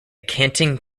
canting